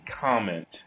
comment